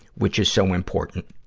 which is so important,